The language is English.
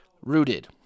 rooted